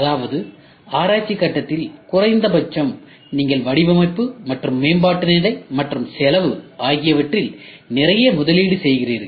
அதாவது ஆராய்ச்சி கட்டத்தில் குறைந்தபட்சம் நீங்கள் வடிவமைப்பு மற்றும் மேம்பாட்டு நிலை மற்றும் செலவு ஆகியவற்றில் நிறைய முதலீடு செய்கிறீர்கள்